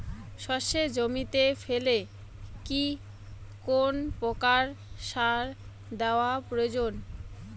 সর্ষে জমিতে ফেলে কি কোন প্রকার সার দেওয়া প্রয়োজন?